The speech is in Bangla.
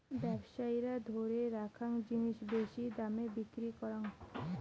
ব্যবসায়ীরা ধরে রাখ্যাং জিনিস বেশি দামে বিক্রি করং